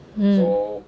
mm